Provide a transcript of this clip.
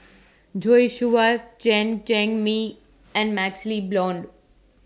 Joi Chua Chen Cheng Mei and MaxLe Blond